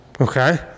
Okay